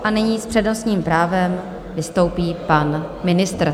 A nyní s přednostním právem vystoupí pan ministr.